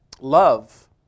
Love